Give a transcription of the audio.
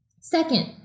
Second